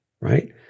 right